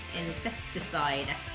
incesticide